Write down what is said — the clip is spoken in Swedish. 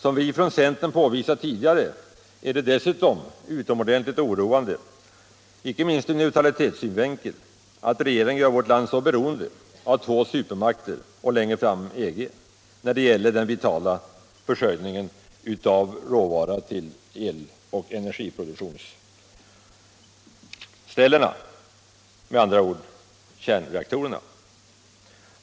Som vi från centern påvisat tidigare är det dessutom utomordentligt oroande, icke minst ur neutralitetssynvinkel, att regeringen gör vårt land så beroende av två supermakter och längre fram EG när det gäller den vitala försörjningen med råvaror till energiproduktionsställena — med andra ord kärnreaktorerna.